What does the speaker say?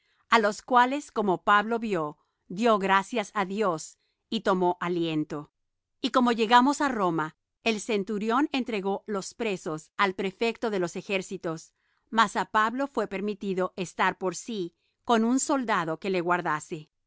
á los cuales como pablo vió dió gracias á dios y tomó aliento y como llegamos á roma el centurión entregó los presos al prefecto de los ejércitos mas á pablo fué permitido estar por sí con un soldado que le guardase y